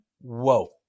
whoa